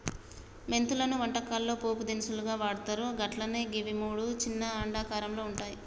మెంతులను వంటకాల్లో పోపు దినుసుగా వాడ్తర్ అట్లనే గివి మూడు చిన్న అండాకారంలో వుంటయి